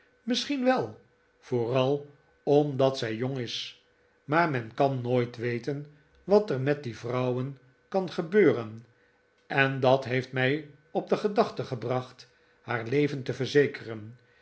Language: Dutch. misschien wel vooral omdat zij jong is maar men kan nooit weten wat er met die vrouwen kan gebeuren en dat heeft mij op de gedachte gebrcht naar leven te verzekeren